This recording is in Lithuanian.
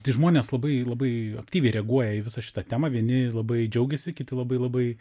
tai žmonės labai labai aktyviai reaguoja į visą šitą temą vieni labai džiaugiasi kiti labai labai